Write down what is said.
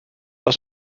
les